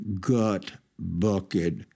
gut-bucket